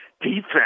Defense